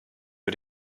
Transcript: für